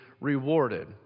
rewarded